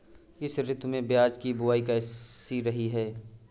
इस ऋतु में प्याज की बुआई कैसी रही है?